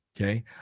Okay